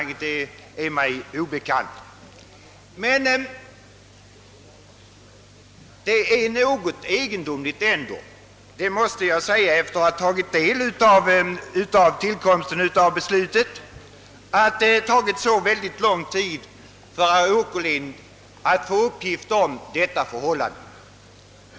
Efter att ha blivit informerad om hur avdelningens beslut tillkommit måste jag säga att det är egendomligt att det tagit så lång tid för herr Åkerlind att få uppgift om det rätta förhållandet.